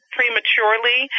prematurely